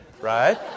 right